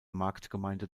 marktgemeinde